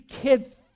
kids